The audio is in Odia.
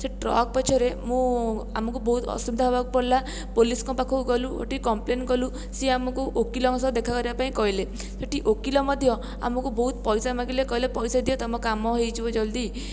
ସେହି ଟ୍ରକ୍ ପଛରେ ମୁଁ ଆମକୁ ବହୁତ ଅସୁବିଧା ହେ ବାକୁ ପଡ଼ିଲା ପୋଲିସଙ୍କ ପାଖକୁ ଗଲୁ ଗୋଟେ କମ୍ପ୍ଲେନ୍ କଲୁ ସିଏ ଆମକୁ ଓକିଲଙ୍କ ସହ ଦେଖା କରିବାପାଇଁ କହିଲେ ସେଠି ଓକିଲ ମଧ୍ୟ ଆମକୁ ବହୁତ ପଇସା ମାଗିଲେ କହିଲେ ପଇସା ଦିଅ ତୁମ କାମ ହେଇଯିବ ଜଲ୍ଦି